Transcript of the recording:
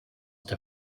der